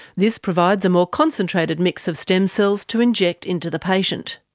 this provides a more concentrated mix of stem cells to inject into the patient.